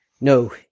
No